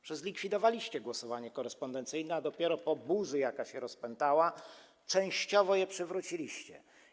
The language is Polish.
Przecież zlikwidowaliście głosowanie korespondencyjne, a dopiero po burzy, jaka się rozpętała, częściowo je przywróciliście.